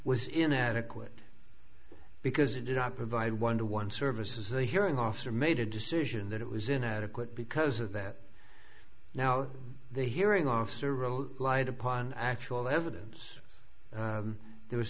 was inadequate because it did not provide one to one services the hearing officer made a decision that it was inadequate because of that now the hearing officer royal light upon actual evidence there was